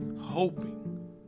hoping